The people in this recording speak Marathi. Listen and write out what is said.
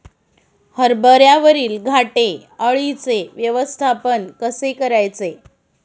हरभऱ्यावरील घाटे अळीचे व्यवस्थापन कसे करायचे?